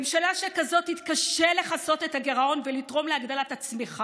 ממשלה שכזאת תתקשה לכסות את הגירעון ולתרום להגדלת הצמיחה.